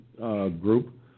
group